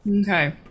Okay